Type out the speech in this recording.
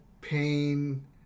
pain